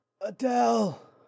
Adele